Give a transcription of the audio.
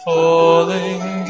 Falling